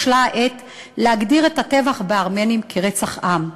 בשלה העת להגדיר את הטבח בארמנים כרצח עם.